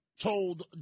told